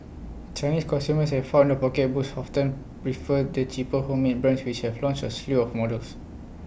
Chinese consumers have found their pocketbooks often refer the cheaper homemade brands which have launched A slew of models